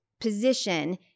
position